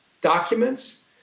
documents